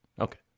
Okay